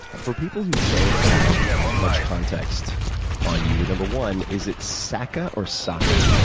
for people who don't have much context on you, no. one, is it sacca or socca?